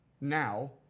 now